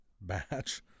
batch